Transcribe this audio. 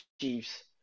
Chiefs